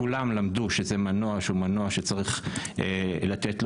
כולם למדו שזה מנוע שהוא מנוע שצריך לתת לו